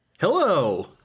hello